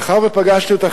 מאחר שפגשתי אותך,